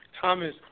Thomas